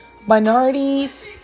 minorities